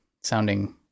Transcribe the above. sounding